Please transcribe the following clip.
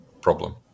problem